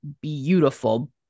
beautiful